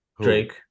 Drake